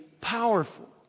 powerful